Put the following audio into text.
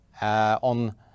on